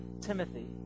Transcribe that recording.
Timothy